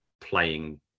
playing